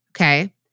Okay